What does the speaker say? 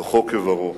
תוכו כברו.